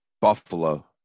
Buffalo